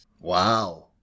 Wow